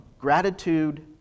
Gratitude